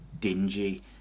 dingy